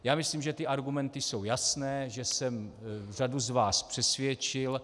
Já myslím, že ty argumenty jsou jasné, že jsem řadu z vás přesvědčil.